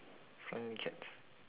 friendly cats